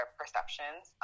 perceptions